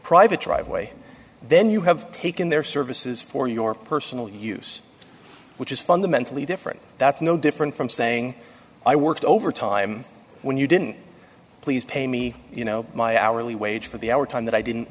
private driveway then you have taken their services for your personal use which is fundamentally different that's no different from saying i worked overtime when you didn't please pay me you know my hourly wage for the hour time that i didn't